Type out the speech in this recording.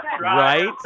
Right